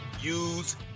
use